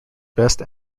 best